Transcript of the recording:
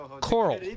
Coral